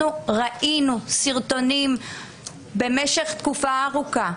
אנחנו ראינו סרטונים במשך תקופה ארוכה,